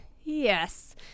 yes